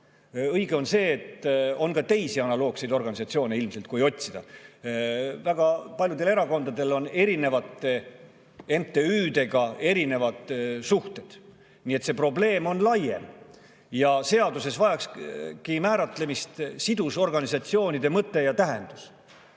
Õige on see, et on ka ilmselt teisi analoogseid organisatsioone, kui otsida. Väga paljudel erakondadel on MTÜ-dega erinevad suhted, nii et see probleem on laiem. Seaduses olekski vaja määratleda sidusorganisatsioonide mõte ja tähendus.